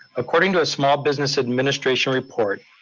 according to a small business administration report,